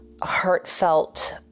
heartfelt